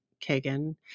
Kagan